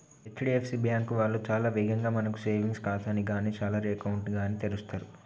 HDFC bank వాళ్ళు చాలా వేగంగా మనకు సేవింగ్స్ ఖాతాని గానీ శాలరీ అకౌంట్ ని గానీ తెరుస్తరు